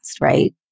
right